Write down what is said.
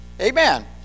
amen